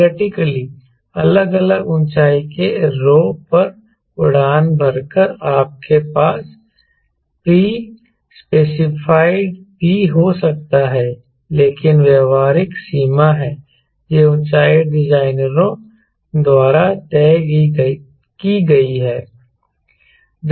theoretically अलग अलग ऊंचाई के rho पर उड़ान भरकर आपके पास प्रि स्पेसिफाइड V हो सकता है लेकिन व्यावहारिक सीमा है ये ऊंचाई डिजाइनरों द्वारा तय की गई हैं